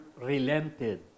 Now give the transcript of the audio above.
relented